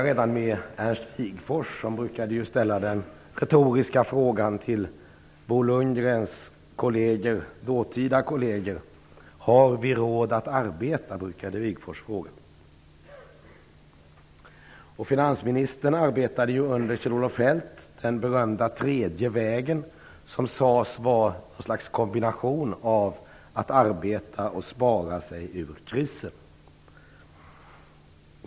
Redan Ernst Wigforss brukade ju till Bo Lundgrens dåtida kolleger ställa den retoriska frågan: Har vi råd att arbeta? Finansministern arbetade ju under Kjell-Olof Feldt med den berömda tredje vägen, som sades vara något slags kombination av att arbeta och att spara sig ur krisen.